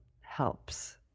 helps